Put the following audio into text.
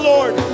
Lord